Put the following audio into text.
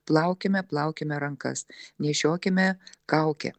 plaukime plaukime rankas nešiokime kaukę